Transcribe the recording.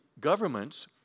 governments